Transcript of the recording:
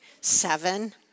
seven